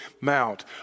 Mount